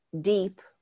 deep